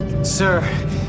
sir